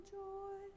joy